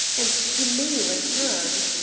and he may return.